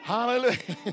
Hallelujah